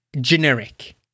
generic